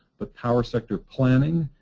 the power sector planning,